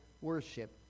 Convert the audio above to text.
worship